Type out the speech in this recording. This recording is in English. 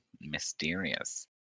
mysterious